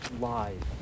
live